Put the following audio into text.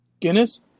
Guinness